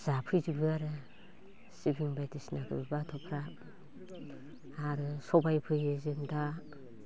जाफैजोबो आरो सिबिं बायदिसिनाखौ बाथ'फ्रा आरो सबाय फोयो जों दा